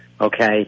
okay